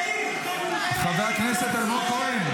חבר הכנסת גלעד קריב.